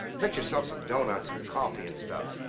fix yourselves some doughnuts, and coffee and stuff.